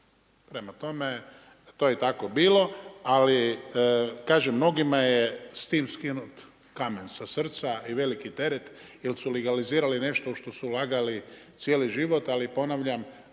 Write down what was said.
Prema tome, to je tako bilo. Ali kažem mnogima je s tim skinut kamen sa srca i veliki teret jer su legalizirali nešto u što se ulagali cijeli život. Ali ponavljam,